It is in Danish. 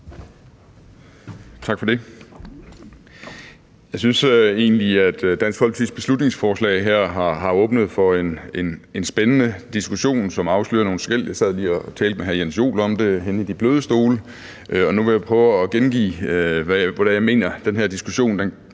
Tak for det. Jeg synes egentlig, at Dansk Folkepartis beslutningsforslag her har åbnet for en spændende diskussion, som afslører nogle skel. Jeg sad lige og talte med hr. Jens Joel om det henne i de bløde stole, og nu vil jeg prøve at gengive, hvor det er, jeg mener den her diskussion